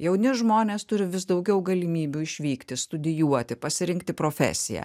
jauni žmonės turi vis daugiau galimybių išvykti studijuoti pasirinkti profesiją